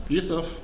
Yusuf